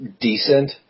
decent